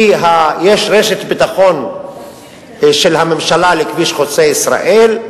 כי יש רשת ביטחון של הממשלה לכביש חוצה-ישראל,